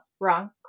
wrong